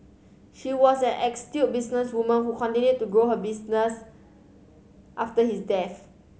she was an businesswoman who continued to grow her business after his death